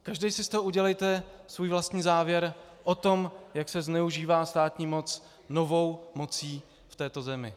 Každý si z toho udělejte svůj vlastní závěr o tom, jak se zneužívá státní moc novou mocí v této zemi.